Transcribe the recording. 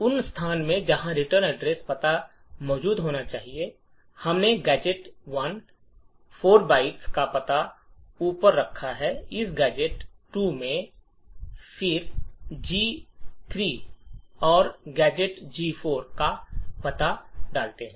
उस स्थान में जहां रिटर्न पता मौजूद होना चाहिए हमने गैजेट 1 4 बाइट्स का पता ऊपर रखा है कि हम गैजेट 2 फिर जी 3 और गैजेट 4 का पता डालते हैं